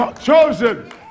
chosen